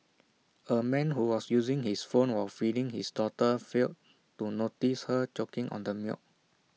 A man who was using his phone while feeding his daughter failed to notice her choking on the milk